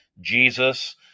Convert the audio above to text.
jesus